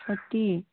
thirty